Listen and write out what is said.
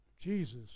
Jesus